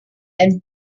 and